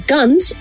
Guns